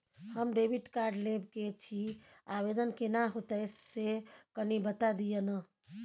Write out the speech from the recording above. हम debit card लेब के छि, आवेदन केना होतै से कनी बता दिय न?